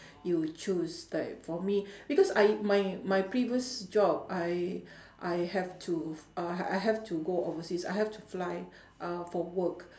you choose like for me because I my my previous job I I have to uh I have to go overseas I have to fly uh for work